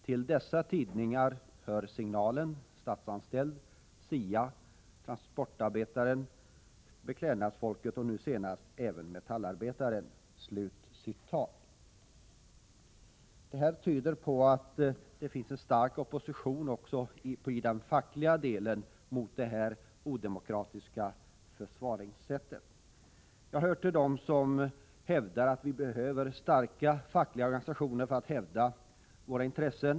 Till dessa tidningar hör Signalen, Statsanställd, SIA, Transportarbetaren, Beklädnadsfolket och senast även Metallarbetaren.” Detta tyder på att det finns en stark opinion också i den fackliga delen av rörelsen mot det här odemokratiska förfaringssättet. Jag hör till dem som anser att vi behöver starka fackliga organisationer för att hävda våra intressen.